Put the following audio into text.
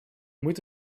moet